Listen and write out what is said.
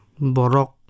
borok